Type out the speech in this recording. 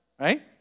right